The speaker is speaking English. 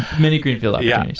many greenfield like yeah yeah